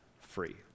free